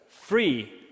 free